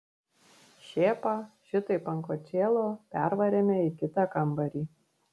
šėpą šitaip ant kočėlo pervarėme į kitą kambarį